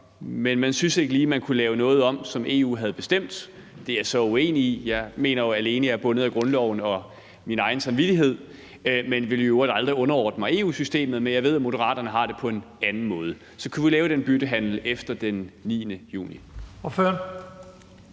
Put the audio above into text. men at man ikke lige syntes, man kunne lave noget, som EU havde bestemt, om. Det er jeg så uenig i. Jeg mener jo, at jeg alene er bundet af grundloven og min egen samvittighed, men jeg vil i øvrigt aldrig underordne mig EU-systemet. Men jeg ved, at Moderaterne har det på en anden måde, så kunne vi lave den byttehandel efter den 9. juni?